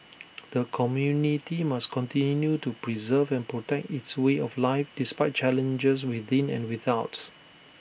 the community must continue to preserve and protect its way of life despite challenges within and without